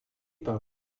par